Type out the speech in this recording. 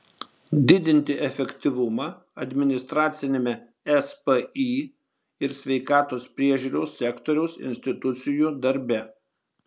didinti efektyvumą administraciniame spį ir sveikatos priežiūros sektoriaus institucijų darbe